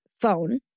phone